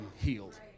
healed